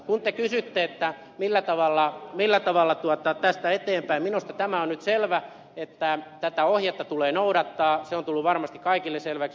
kun te kysytte millä tavalla tästä eteenpäin minusta tämä on nyt selvä että tätä ohjetta tulee noudattaa se on tullut varmasti kaikille selväksi